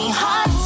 hot